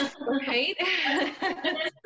Right